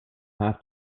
have